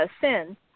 sin